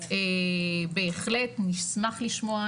בהחלט נשמח לשמוע,